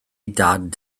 dad